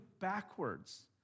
backwards